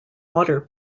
water